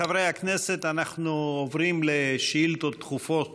חברי הכנסת, אנחנו עוברים לשאילתות דחופות